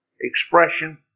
expression